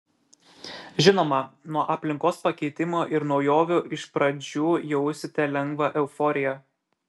žinoma nuo aplinkos pakeitimo ir naujovių iš pradžių jausite lengvą euforiją